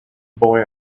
boy